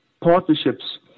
partnerships